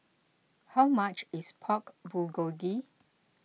how much is Pork Bulgogi